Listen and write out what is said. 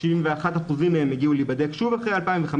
71% מהם הגיעו להיבדק שוב אחרי 2015,